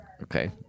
Okay